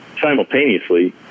simultaneously